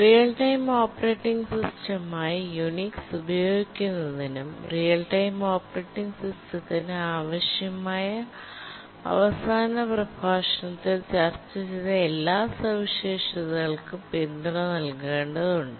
real time operating സിസ്റ്റമായി Unix ഉപയോഗിക്കുന്നതിനും real time operating സിസ്റ്റത്തിന് ആവശ്യമായ അവസാന പ്രഭാഷണത്തിൽ ചർച്ച ചെയ്ത എല്ലാ സവിശേഷതകൾക്കും പിന്തുണ നൽകേണ്ടതുണ്ട്